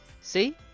See